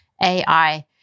AI